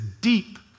deep